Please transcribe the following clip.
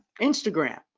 Instagram